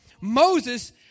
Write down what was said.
Moses